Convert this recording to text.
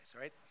right